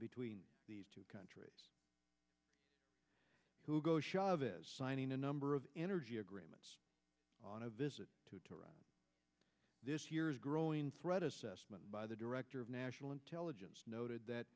between these two countries who go chavez signing a number of energy agreements on a visit to tehran this year's growing threat assessment by the director of national intelligence noted that